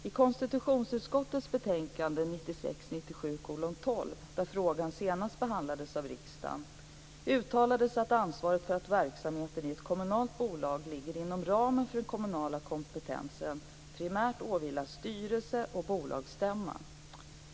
I konstitutionsutskottets betänkande 1996/97:KU12, där frågan senast behandlades av riksdagen, uttalades att ansvaret för att verksamhet i ett kommunalt bolag ligger inom ramen för den kommunala kompetensen primärt åvilar styrelse och bolagsstämma.